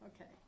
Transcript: okay